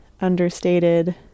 understated